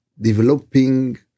developing